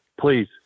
please